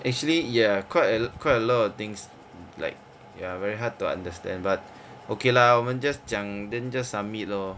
actually ya quite a quite a lot of things like ya very hard to understand but okay lah 我们 just 讲 then just submit lor